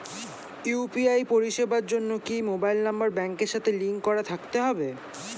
UPI পরিষেবার জন্য কি মোবাইল নাম্বার ব্যাংকের সাথে লিংক করা থাকতে হবে?